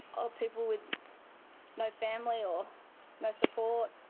ah people with no family or no support,